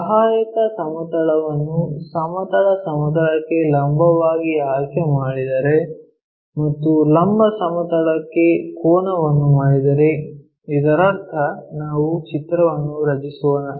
ಸಹಾಯಕ ಸಮತಲವನ್ನು ಸಮತಲ ಸಮತಲಕ್ಕೆ ಲಂಬವಾಗಿ ಆಯ್ಕೆಮಾಡಿದರೆ ಮತ್ತು ಲಂಬ ಸಮತಲಕ್ಕೆ ಕೋನವನ್ನು ಮಾಡಿದರೆ ಇದರರ್ಥ ನಾವು ಚಿತ್ರವನ್ನು ರಚಿಸೋಣ